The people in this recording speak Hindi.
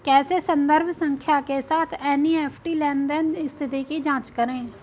कैसे संदर्भ संख्या के साथ एन.ई.एफ.टी लेनदेन स्थिति की जांच करें?